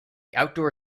outdoor